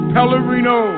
Pellerino